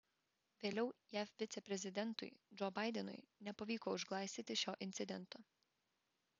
vėliau jav viceprezidentui džo baidenui nepavyko užglaistyti šio incidento